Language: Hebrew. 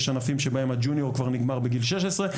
יש ענפים שבהם הג'ונייר כבר נגמר בגיל 16,